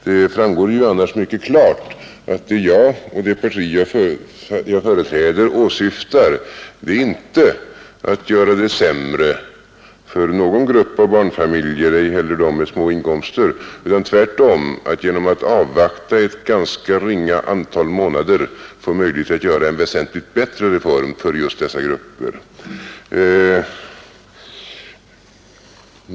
Det framgår ju annars mycket klart att vad jag och det parti som jag företräder åsyftar inte är att göra det sämre för några barnfamiljer, ej heller för dem med små inkomster. Vi vill tvärtom genom att avvakta under ett ganska ringa antal månader få möjlighet att göra en väsentligt bättre reform för just dessa grupper.